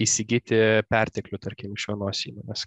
įsigyti perteklių tarkim iš vienos įmonės